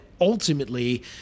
ultimately